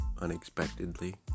unexpectedly